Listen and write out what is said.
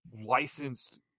licensed